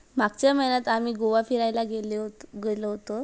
मागच्या महिन्यात आम्ही गोवा फिरायला गेले ओत गेलो होतो